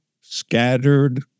scattered